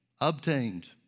obtained